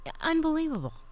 Unbelievable